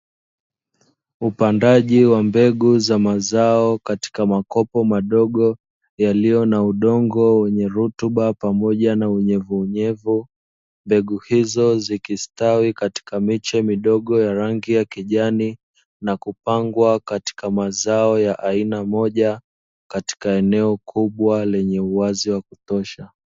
Upandaji wa mbegu za mazao katika makopo madogo, yaliyo na udongo wenye rutuba pamoja na unyevuunyevu. Mbegu hizo zikistawi katika miche midogo ya rangi ya kijani, na kupangwa katika mazao ya aina moja, katika eneo kubwa lenye uwazi wa kutosha.